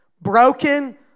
broken